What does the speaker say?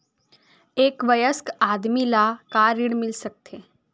एक वयस्क आदमी ल का ऋण मिल सकथे?